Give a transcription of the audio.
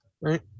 right